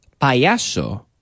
payaso